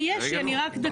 יש לי, רק דקה.